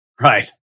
Right